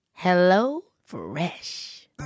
HelloFresh